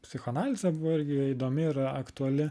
psichoanalizė buvo irgi įdomi ir aktuali